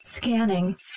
Scanning